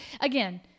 again